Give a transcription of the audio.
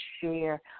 share